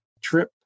trip